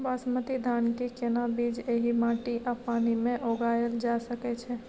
बासमती धान के केना बीज एहि माटी आ पानी मे उगायल जा सकै छै?